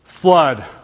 flood